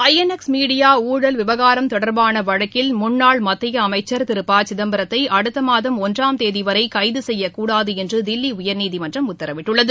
ஐ N X Media ஊழல் விவகாரம் தொடர்பான வழக்கில் முன்னாள் மத்திய அமைச்சர் திரு ப சிதம்பரத்தை அடுத்த மாதம் ஒன்றாம் தேதிவரை கைது செய்யக்கூடாது என்று தில்லி உயர்நீதிமன்றம் உத்தரவிட்டுள்ளது